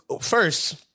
First